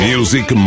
Music